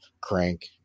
Crank